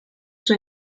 suo